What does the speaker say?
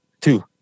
Two